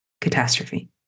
catastrophe